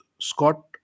Scott